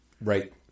Right